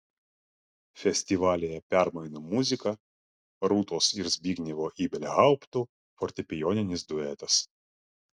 festivalyje permainų muzika rūtos ir zbignevo ibelhauptų fortepijoninis duetas